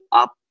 up